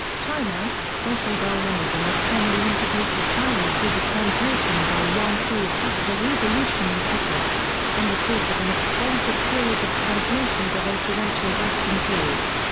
china social darwinism was formally introduced to china through the translation by yan fu of huxley's evolution and ethics, in the course of an extensive series of translations of influential western thought.